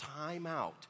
timeout